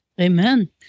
Amen